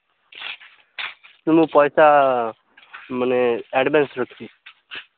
ମୁଁ ପଇସା ମାନେ ଆଡ଼ଭାନ୍ସ ରଖିଛି